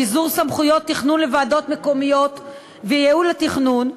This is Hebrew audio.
ביזור סמכויות תכנון לוועדות מקומיות וייעול התכנון,